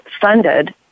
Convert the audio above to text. funded